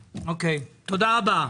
אוקיי, תודה רבה.